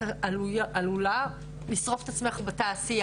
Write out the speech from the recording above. את עלולה לשרוף את עצמך בתעשייה.